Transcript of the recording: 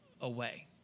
away